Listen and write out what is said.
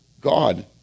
God